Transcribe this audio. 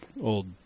old